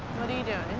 what are you doing?